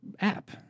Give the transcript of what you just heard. app